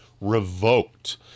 revoked